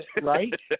Right